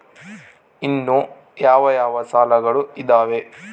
ಇನ್ನು ಯಾವ ಯಾವ ಸಾಲಗಳು ಇದಾವೆ?